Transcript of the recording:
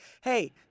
hey